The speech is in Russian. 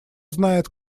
знает